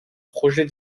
projet